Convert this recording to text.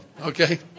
Okay